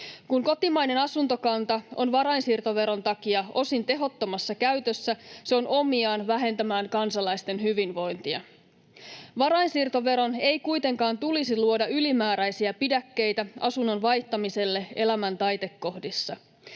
Kun kotimainen asuntokanta on varainsiirtoveron takia osin tehottomassa käytössä, se on omiaan vähentämään kansalaisten hyvinvointia. Varainsiirtoveron ei kuitenkaan tulisi luoda ylimääräisiä pidäkkeitä asunnon vaihtamiselle elämän taitekohdissa.